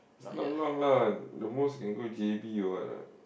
along lah the most you can go J_B or what ah